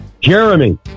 Jeremy